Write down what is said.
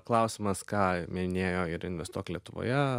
klausimas ką minėjo ir investuok lietuvoje